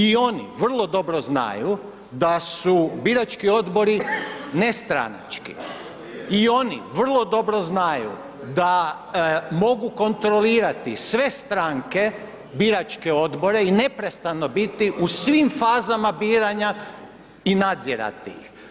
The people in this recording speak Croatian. I oni vrlo dobro znaju da su birački odbori nestranački i oni vrlo dobro znaju da mogu kontrolirati sve stranke biračke odbore i neprestano biti u svim fazama biranja i nadzirati ih.